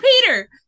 peter